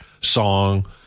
song